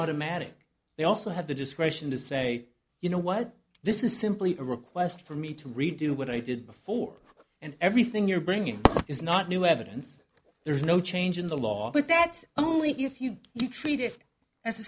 automatic they also have the discretion to say you know what this is simply a request for me to redo what i did before and everything you're bringing is not new evidence there is no change in the law but that's only if you do treat it as a